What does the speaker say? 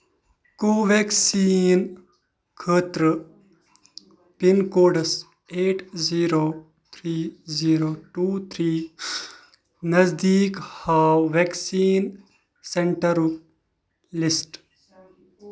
کوویٚکسیٖن خٲطرٕ pin codes eight zero three zero two three نزدیٖک ہاو ویکسیٖن سینٹرُک لسٹ